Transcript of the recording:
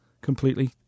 Completely